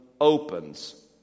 opens